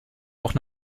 auch